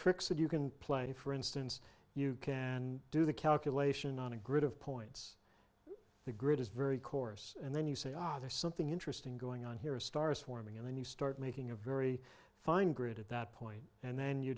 tricks that you can play for instance you can do the calculation on a grid of points the grid is very coarse and then you say ah there's something interesting going on here of stars forming and then you start making a very fine grid at that point and then you